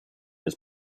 his